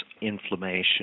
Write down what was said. inflammation